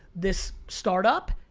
this startup.